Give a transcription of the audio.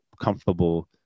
comfortable